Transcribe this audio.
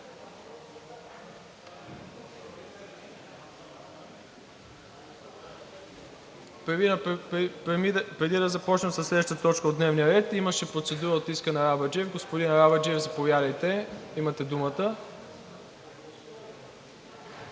Преди да започна със следващата точка от дневния ред, имаше процедура от Искрен Арабаджиев. Господин Арабаджиев, заповядайте – имате думата. ИСКРЕН